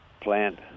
plant